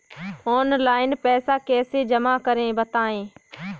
Online पैसा कैसे जमा करें बताएँ?